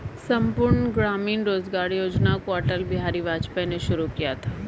संपूर्ण ग्रामीण रोजगार योजना को अटल बिहारी वाजपेयी ने शुरू किया था